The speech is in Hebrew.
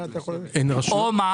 מי נגד, מי נמנע?